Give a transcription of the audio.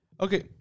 Okay